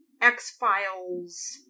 X-Files